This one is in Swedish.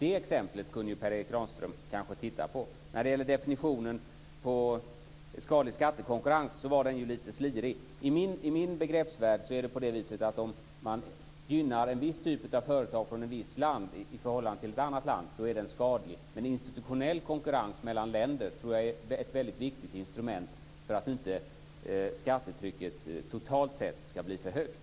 Det exemplet kunde ju Per Erik Granström kanske titta på. Definitionen på skadlig skattekonkurrens var ju lite slirig. I min begreppsvärld är det på det viset att om man gynnar en viss typ av företag från ett visst land i förhållande till ett annat land, då är det skadligt. Men institutionell konkurrens mellan länder tror jag är ett väldigt viktigt instrument för att inte skattetrycket totalt sett ska bli för högt.